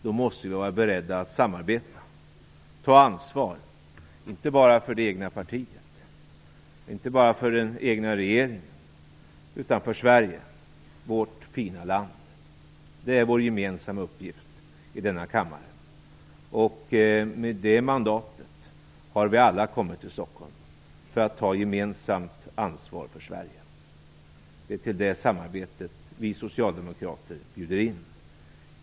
Då måste vi vara beredda att samarbeta, att ta ansvar inte bara för det egna partiet, inte bara för den egna regeringen utan för Sverige, vårt fina land. Det är vår gemensamma uppgift i denna kammare, och med det mandatet har vi alla kommit till Stockholm. Det är till det samarbetet som vi socialdemokrater bjuder.